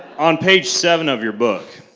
on page seven of your book,